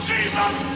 Jesus